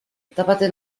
tápate